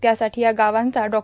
त्यासाठीं या गावांचा डॉ